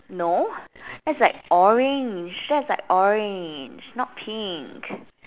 no that's like orange that's like orange not pink